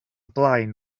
blaen